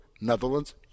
Netherlands